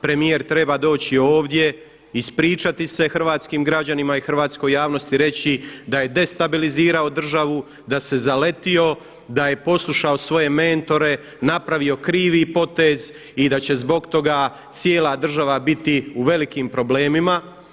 Premijer treba doći ovdje, ispričati se hrvatskim građanima i hrvatskoj javnosti i reći da je destabilizirao državu, da se zaletio, da je poslušao svoje mentore, napravio krivi potez i da će zbog toga cijela država biti u velikim problemima.